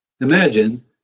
imagine